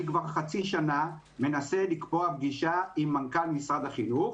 אני כבר חצי שנה מנסה לקבוע פגישה עם מנכ"ל משרד החינוך.